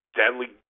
deadly